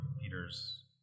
Peter's